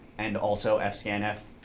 and also ah fscanf,